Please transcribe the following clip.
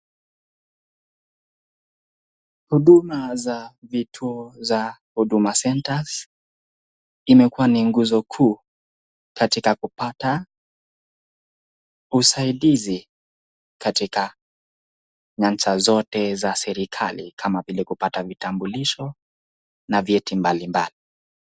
Huduma za vitu za Huduma (cs)Center (cs)imekuwa ni nguzo kuu katika kupata usaidizi katika nyanja zote za serikali ,kama vile kupata vitambulisho na vyeti mbalimbali.